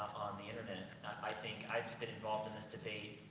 the internet. i think i've just been involved in this debate,